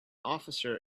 officer